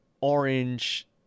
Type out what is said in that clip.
orange